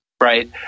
right